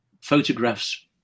photographs